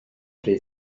rhy